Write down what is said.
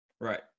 right